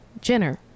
Jenner